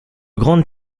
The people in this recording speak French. grande